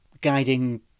guiding